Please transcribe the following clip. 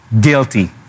guilty